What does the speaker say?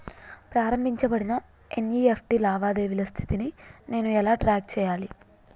ప్రారంభించబడిన ఎన్.ఇ.ఎఫ్.టి లావాదేవీల స్థితిని నేను ఎలా ట్రాక్ చేయాలి?